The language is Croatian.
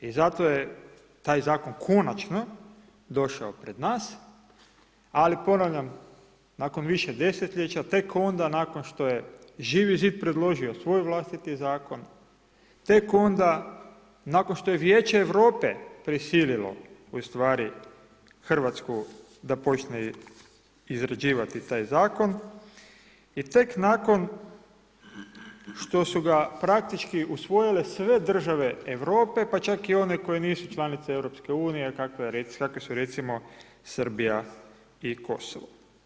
I zato je taj zakon konačno došao pred nas ali ponavljam nakon više desetljeća, tek onda nakon što je Živi zid predložio svoj vlastiti zakon, tek onda nakon što je Vijeće Europe prisililo ustvari Hrvatsku da počne izrađivati taj zakon i tek nakon što su ga praktički usvojile sve države Europe pa čak i one koje nisu članice EU kakve su recimo Srbija i Kosovo.